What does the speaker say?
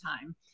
time